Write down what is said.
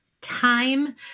time